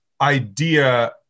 idea